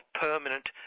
permanent